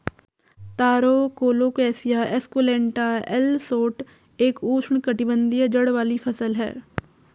तारो Colocasia esculenta L Schott एक उष्णकटिबंधीय जड़ वाली फसल है